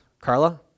Carla